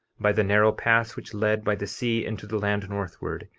by the narrow pass which led by the sea into the land northward,